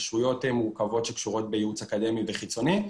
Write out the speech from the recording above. התקשרויות מורכבות שקשורות בייעוץ אקדמי וחיצוני.